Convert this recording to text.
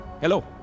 Hello